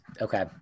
okay